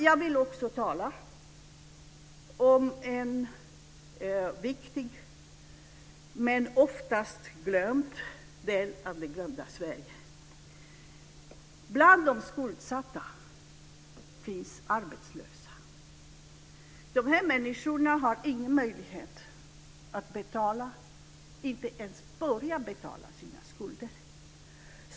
Jag vill också tala om en viktig men oftast bortglömd del av det glömda Sverige. Bland de skuldsatta finns arbetslösa. De här människorna har ingen möjlighet att betala, inte ens börja betala, sina skulder.